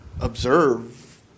observe